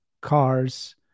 cars